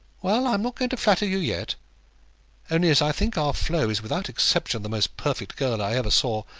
well i am not going to flatter you yet. only as i think our flo is without exception the most perfect girl i ever saw,